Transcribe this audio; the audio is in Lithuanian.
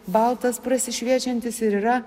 baltas prasišviečiantis ir yra